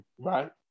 Right